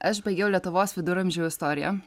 aš baigiau lietuvos viduramžių istoriją